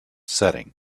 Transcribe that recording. setting